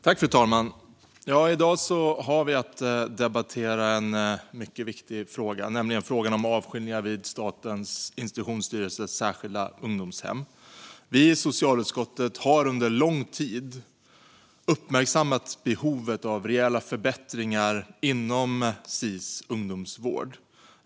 Fru talman! I dag har vi att debattera en mycket viktig fråga, nämligen frågan om avskiljningar vid Statens institutionsstyrelses särskilda ungdomshem. Vi i socialutskottet har under lång tid uppmärksammat behovet av rejäla förbättringar inom Sis ungdomsvård.